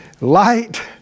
Light